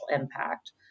impact